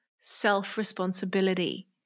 self-responsibility